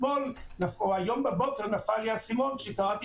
אתמול או היום בבוקר נפל לי האסימון כשקראתי